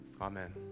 Amen